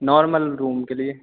normal room के लिए